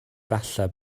falle